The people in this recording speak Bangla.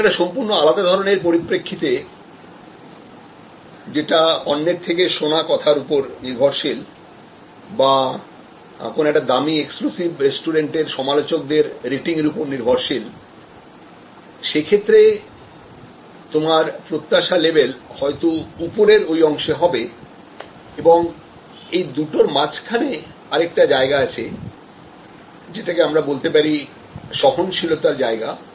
কিন্তু একটা সম্পূর্ণ আলাদা ধরনের পরিপ্রেক্ষিতে যেটা অন্যের থেকে শোনা কথার উপর নির্ভরশীল বা কোন একটা দামি এক্সক্লুসিভ রেস্টুরেন্টে সমালোচকের রেটিং এর উপর নির্ভরশীল সে ক্ষেত্রে তোমার প্রত্যাশা লেভেল হয়তো উপরের ওই অংশে হবে এবং এই দুটোর মাঝখানে আরেকটা জায়গা আছে যেটাকে আমরা বলতে পারিসহনশীলতার জায়গা